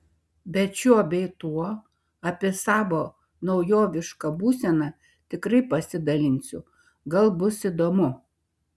bet šiuo bei tuo apie savo naujovišką būseną tikrai pasidalinsiu gal bus įdomu